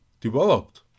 developed